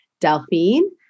Delphine